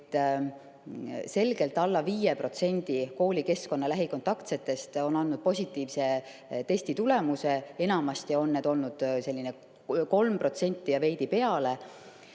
et selgelt alla 5% koolikeskkonna lähikontaktsetest on andnud positiivse testitulemuse. Enamasti on neid olnud 3% ja veidi peale,